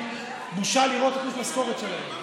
בושה לראות את תלוש המשכורת שלהן.